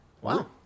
Wow